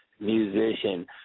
musician